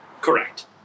Correct